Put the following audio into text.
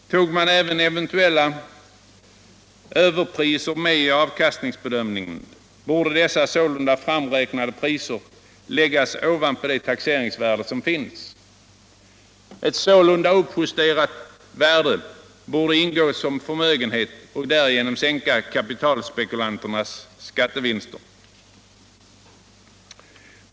Tog man iäven eventuella överpriser med i avkastningsbedömningen borde de framräknade överpriserna läggas ovanpå det taxeringsvärde som linns. Ett sålunda uppjusterat värde borde ingå som förmögenhet och därtgenom sänka kapitalspekulanternas skattevinster.